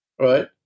right